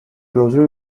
closely